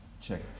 check